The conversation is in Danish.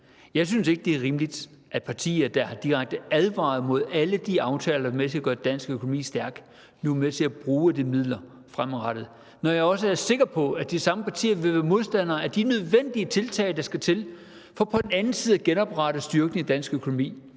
Jeg synes ikke, det er rimeligt, at partier, der har direkte advaret imod alle de aftaler, der har været med til at gøre dansk økonomi stærk, nu er med til at bruge af de midler fremadrettet, når jeg også er sikker på, at de samme partier vil være modstandere af de nødvendige tiltag, der skal til, for på den anden side at genoprette styrken i dansk økonomi,